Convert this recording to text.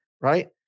right